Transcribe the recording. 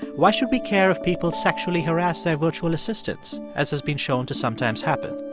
why should we care if people sexually harass their virtual assistants, as has been shown to sometimes happen?